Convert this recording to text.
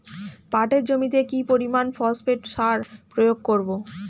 পাটের জমিতে কি পরিমান ফসফেট সার প্রয়োগ করব?